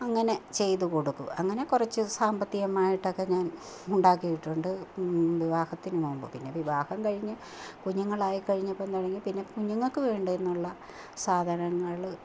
അങ്ങനെ ചെയ്തു കൊടുക്കും അങ്ങനെ കുറച്ചു സാമ്പത്തികമായിട്ടൊക്കെ ഞാന് ഉണ്ടാക്കിയിട്ടുണ്ട് വിവാഹത്തിനു മുമ്പു പിന്നെ വിവാഹം കഴിഞ്ഞ് കുഞ്ഞുങ്ങളായി കഴിഞ്ഞപ്പം കഴിഞ്ഞ് കുഞ്ഞുങ്ങൾക്കു വേണ്ടത് എന്നുള്ള സാധനങ്ങൾ